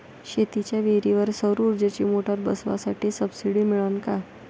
शेतीच्या विहीरीवर सौर ऊर्जेची मोटार बसवासाठी सबसीडी मिळन का?